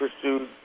pursued